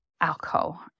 alcohol